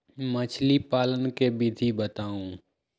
मछली पालन के विधि बताऊँ?